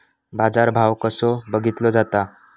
बाजार भाव कसो बघीतलो जाता?